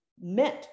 meant